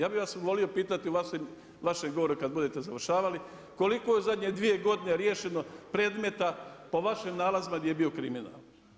Ja bi vas volio pitati vas gore kad budete završavali, koliko je u zadnje 2 godine riješeno predmeta, po vašim nalazima, gdje je bio kriminal.